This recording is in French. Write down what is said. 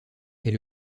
est